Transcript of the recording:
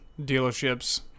dealerships